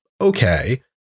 Okay